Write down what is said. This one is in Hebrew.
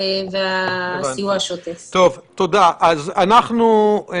עשינו את המחקרים בעצמנו.